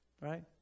Right